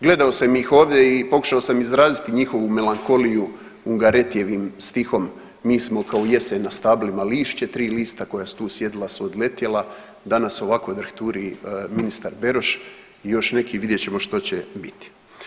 Gledao sam ih ovdje i pokušao sam izraziti njihovu melankoliju Ungaretti-jevim stihom „Mi smo kao jesen na stablima lista“, tri lista koja su tu sjedila su odletjela, danas ovako drhturi ministar Beroš i još neki vidjet ćemo što će biti.